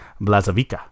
Blazavica